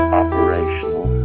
operational